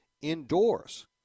indoors